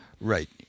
Right